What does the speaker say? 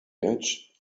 edge